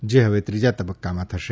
જે ફવે ત્રીજા તબક્કામાં થશે